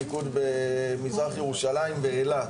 מיקוד במזרח ירושלים ובאילת,